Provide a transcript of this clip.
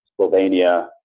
Slovenia